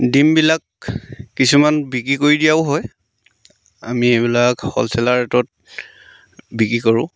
ডিমবিলাক কিছুমান বিক্ৰী কৰি দিয়াও হয় আমি এইবিলাক হ'লচেলাৰ ৰেটত বিক্ৰী কৰোঁ